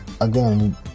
again